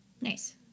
Nice